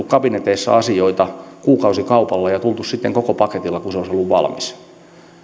kabineteissa asioita kuukausikaupalla ja tulleet sitten koko paketilla kun se olisi ollut valmis